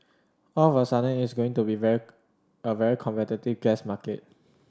all of a sudden it's going to be a very a very competitive gas market